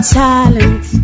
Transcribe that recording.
talent